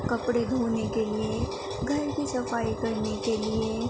کپڑے دھونے کے لیے گھر کی صفائی کرنے کے لیے